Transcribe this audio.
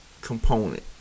component